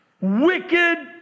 wicked